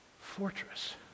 Fortress